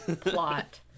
plot